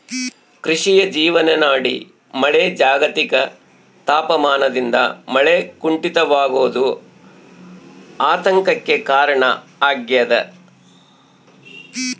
ಕೃಷಿಯ ಜೀವನಾಡಿ ಮಳೆ ಜಾಗತಿಕ ತಾಪಮಾನದಿಂದ ಮಳೆ ಕುಂಠಿತವಾಗೋದು ಆತಂಕಕ್ಕೆ ಕಾರಣ ಆಗ್ಯದ